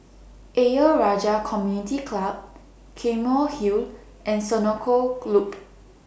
Ayer Rajah Community Club Claymore Hill and Senoko Loop